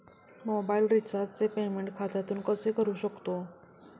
Mobile रिचार्जचे payment खात्यातून कसे करू शकतो?